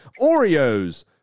Oreos